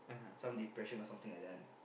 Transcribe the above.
some depression or something like that one